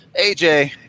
AJ